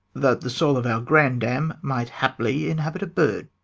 that the soul of our grandam might haply inhabit a bird.